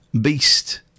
beast